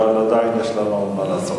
אבל עדיין יש לנו מה לעשות.